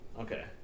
Okay